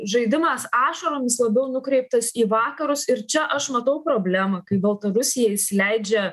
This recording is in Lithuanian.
žaidimas ašaromis labiau nukreiptas į vakarus ir čia aš matau problemą kai baltarusija įsileidžia